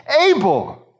able